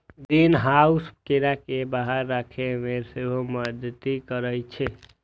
greenhouse कीड़ा कें बाहर राखै मे सेहो मदति करै छै